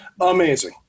amazing